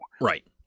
Right